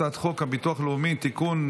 הצעת חוק הביטוח הלאומי (תיקון,